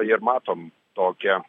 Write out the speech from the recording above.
ir matom tokią